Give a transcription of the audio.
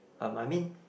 um I mean